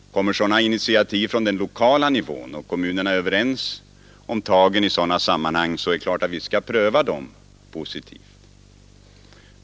Kommer sådana initiativ från lokal Tisdagen den nivå och kommunerna är överens så är det klart att vi skall pröva deras 23 maj 1972 förslag i positiv anda.